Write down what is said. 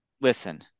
listen